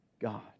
God